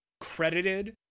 credited